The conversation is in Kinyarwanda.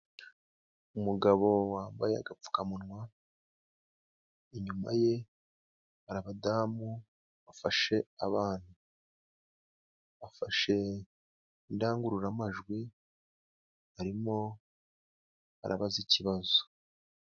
Umugabo wambaye agapfukamunwa inyuma ye hari abadamu bafashe abana, afashe indangururamajwi arimo arabaza ikibazo.